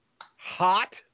Hot